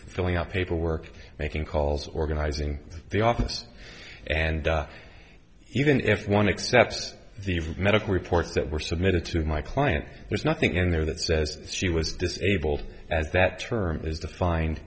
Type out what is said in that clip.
filling out paperwork making calls organizing the office and even if one accepts the medical reports that were submitted to my client there's nothing in there that says she was disabled as that term is